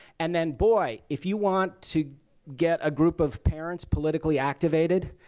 and then, boy, if you want to get a group of parents politically activated,